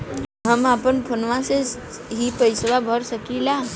हम अपना फोनवा से ही पेसवा भर सकी ला?